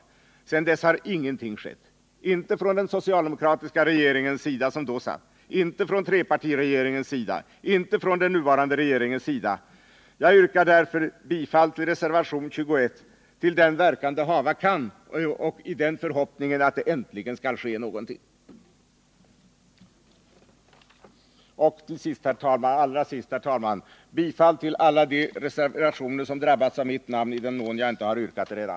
Men sedan dess har ingenting gjorts, varken från den dåvarande socialdemokratiska regeringens sida eller från den tidigare trepartiregeringens sida och inte heller från den nuvarande regeringens sida. Jag yrkar således bifall till reservationen 21 till den verkan det hava kan och i den förhoppningen att något äntligen skall ske. Herr talman! Allra sist vill jag, i den mån jag inte redan gjort det, yrka bifall till alla de reservationer som drabbas av mitt namn.